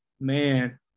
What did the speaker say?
man